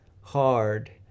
hard